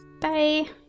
Bye